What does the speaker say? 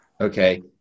Okay